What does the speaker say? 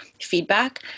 feedback